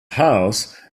house